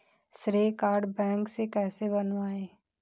श्रेय card bank से कैसे बनवाएं?